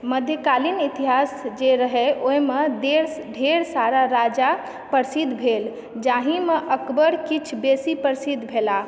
मध्यकालीन इतिहास जे रहय ओहिमे देश ढ़ेर सारा राजा प्रसिद्ध भेल जाहिमे अकबर किछु बेसी प्रसिद्ध भेलाह